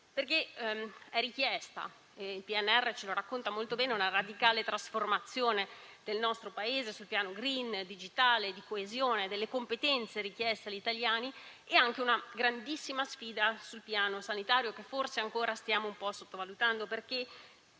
perché è richiesta - e il PNRR ce lo racconta molto bene - una radicale trasformazione del nostro Paese sul piano *green*, digitale, di coesione, delle competenze richieste agli italiani, e anche una grandissima sfida sul piano sanitario, che forse ancora stiamo parzialmente sottovalutando.